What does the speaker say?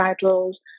titles